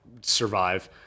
survive